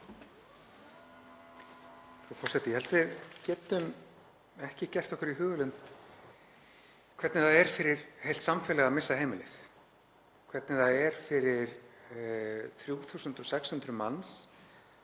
Frú forseti. Ég held að við getum ekki gert okkur í hugarlund hvernig það er fyrir heilt samfélag að missa heimilið, hvernig það er fyrir 3.600 manns